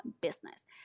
business